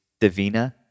Davina